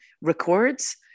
records